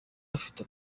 afite